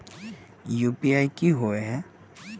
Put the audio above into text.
UPI की होय है?